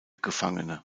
gefangene